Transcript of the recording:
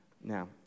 Now